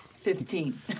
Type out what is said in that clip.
Fifteen